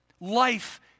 life